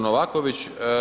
Novaković.